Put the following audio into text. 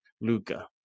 Luca